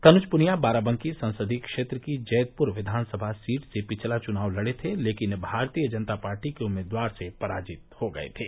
तनुज पुनिया बाराबंकी संसदीय क्षेत्र की जैदपुर विघान सभा सीट से पिछला चुनाव लड़े थे लेकिन भारतीय जनता पार्टी के उम्मीदवार से पराजित हो गये थे